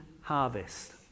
harvest